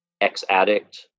Ex-addict